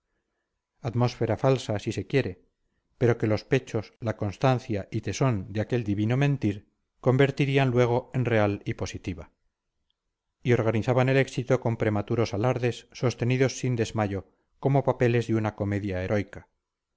atmósfera falsa si se quiere pero que los hechos la constancia y tesón de aquel divino mentir convertirían luego en real y positiva y organizaban el éxito con prematuros alardes sostenidos sin desmayo como papeles de una comedia heroica